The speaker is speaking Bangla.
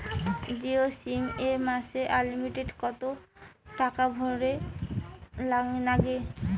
জিও সিম এ মাসে আনলিমিটেড কত টাকা ভরের নাগে?